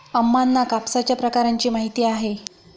अम्मांना कापसाच्या प्रकारांची माहिती आहे